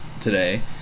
today